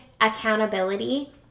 accountability